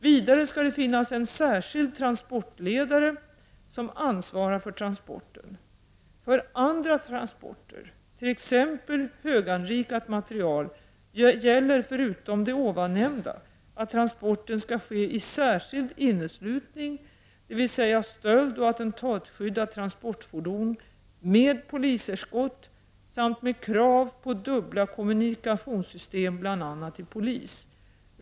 Vidare skall det finnas en särskild transportledare som ansvarar för transporten. För andra transporter, t.ex. höganrikat material, gäller förutom det ovannämnda att transporten skall ske i särskild inneslutning, dvs. stöldoch attentatskyddat transportfordon, med poliseskort samt med krav på dubbla kommunikationssystem bl.a. till polis.